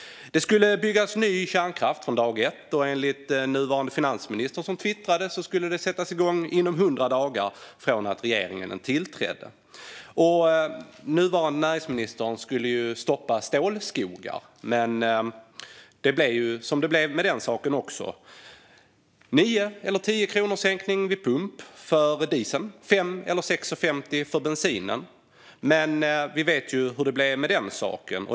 Det skulle byggas ny kärnkraft från dag ett, och enligt vad nuvarande finansministern twittrade skulle det sättas igång inom hundra dagar från att regeringen tillträdde. Nuvarande näringsministern skulle stoppa stålskogar, men det blev som det blev med den saken också. Det skulle bli 9 eller 10 kronors sänkning vid pump för dieseln och 5 eller 6,50 för bensinen. Men vi vet ju hur det blev med den saken.